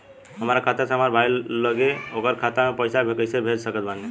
हमार खाता से हमार भाई लगे ओकर खाता मे पईसा कईसे भेज सकत बानी?